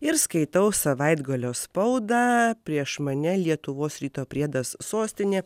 ir skaitau savaitgalio spaudą prieš mane lietuvos ryto priedas sostinė